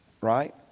right